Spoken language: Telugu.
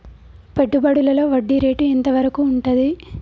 పెట్టుబడులలో వడ్డీ రేటు ఎంత వరకు ఉంటది?